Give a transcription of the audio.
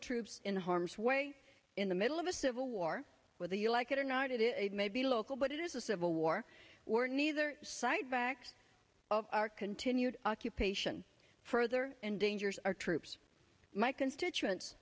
troops in harm's way in the middle of a civil war whether you like it or not it may be local but it is a civil war where neither side backs of our continued occupation further endangers our troops my constituents